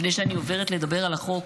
לפני שאני עוברת לדבר על החוק,